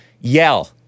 yell